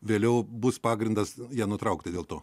vėliau bus pagrindas ją nutraukti dėl to